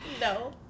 No